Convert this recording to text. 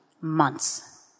months